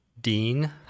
Dean